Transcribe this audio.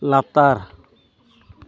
ᱞᱟᱛᱟᱨ